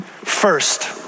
First